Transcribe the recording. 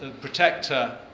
protector